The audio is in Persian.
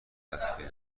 اصلی